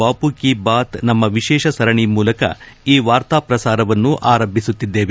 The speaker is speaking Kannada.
ಬಾಪು ಕಿ ಬಾತ್ ನಮ್ನ ವಿಶೇಷ ಸರಣಿ ಮೂಲಕ ಈ ವಾರ್ತಾಪ್ರಸಾರವನ್ನು ಆರಂಭಿಸುತ್ತಿದ್ದೇವೆ